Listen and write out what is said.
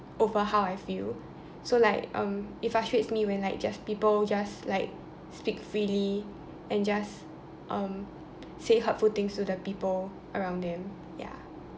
over how I feel so like um it frustrates me when like just people just like speak freely and just um say hurtful things to the people around them ya